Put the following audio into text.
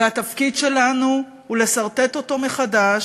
והתפקיד שלנו הוא לסרטט אותו מחדש,